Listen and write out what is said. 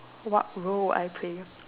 what role I would play